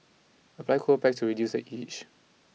apply cold packs to reduce the itch